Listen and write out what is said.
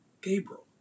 Gabriel